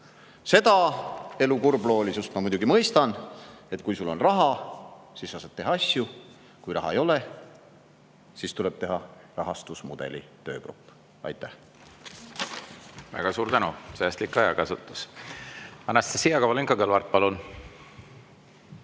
Seda elu kurbloolisust ma muidugi mõistan, et kui sul raha on, siis sa saad asju teha, kui raha ei ole, siis tuleb teha rahastusmudeli töögrupp. Aitäh! Väga suur tänu! Säästlik ajakasutus. Anastassia Kovalenko-Kõlvart, palun!